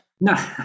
No